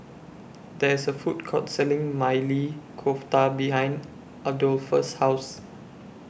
There IS A Food Court Selling Maili Kofta behind Adolphus' House